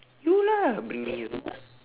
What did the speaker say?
you lah bring me